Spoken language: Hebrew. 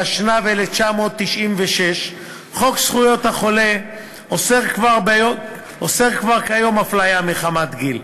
התשנ"ו 1996. חוק זכויות החולה אוסר כבר כיום הפליה מחמת גיל,